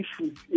issues